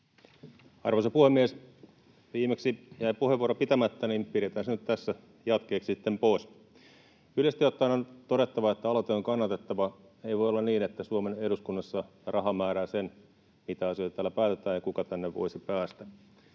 Arvoisa puhemies! Viimeksi jäi puheenvuoro pitämättä, joten pidetään se nyt tässä jatkeeksi sitten pois. Yleisesti ottaen on todettava, että aloite on kannatettava. Ei voi olla niin, että Suomen eduskunnassa raha määrää sen, mitä asioita täällä päätetään ja kuka tänne voisi päästä.